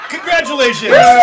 Congratulations